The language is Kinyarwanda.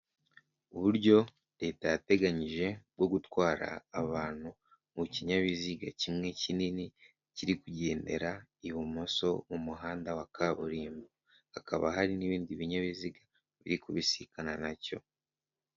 Uburyo leta yateganyije bwo gutwara abantu mu kinyabiziga kimwe kinini kiri kugendera ibumoso mu muhanda wa kaburimbo, hakaba hari n'ibindi binyabiziga biri kubisikana nacyo.